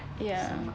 ya